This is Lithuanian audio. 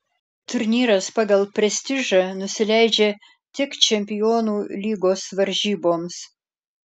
turnyras pagal prestižą nusileidžia tik čempionų lygos varžyboms